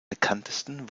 bekanntesten